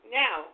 now